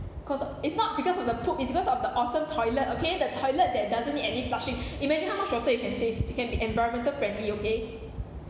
cause it's not because of the poop it's because of the awesome toilet okay the toilet that doesn't need any flushing imagine how much water you can save you can be environmental friendly okay